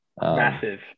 Massive